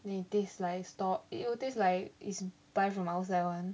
then it tastes like store it'll taste like is buy from outside [one]